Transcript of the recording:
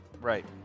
Right